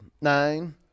nine